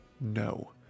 no